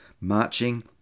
marching